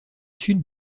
sud